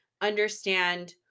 understand